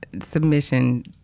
submission